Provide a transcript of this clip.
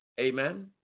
Amen